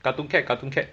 cartoon cat cartoon cat